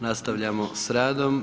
Nastavljamo s radom.